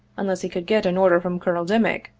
unless he could get an order from colo nel dimick,